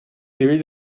nivell